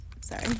sorry